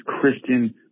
Christian